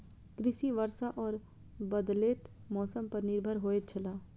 कृषि वर्षा और बदलेत मौसम पर निर्भर होयत छला